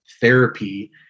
therapy